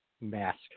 mask